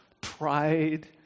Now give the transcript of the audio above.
pride